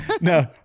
no